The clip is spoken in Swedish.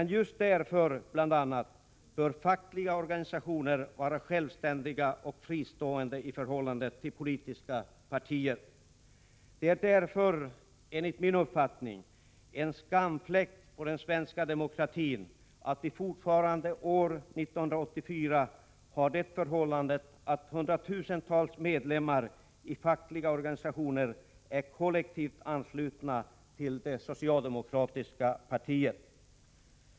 a. just därför bör fackliga organisationer vara självständiga och fristående i förhållande till politiska partier. Det är således enligt min uppfattning en skamfläck för den svenska demokratin att vi fortfarande år 1984 upplever det förhållandet att hundratusentals medlemmar i fackliga organisationer är kollektivt anslutna till det socialdemokratiska partiet.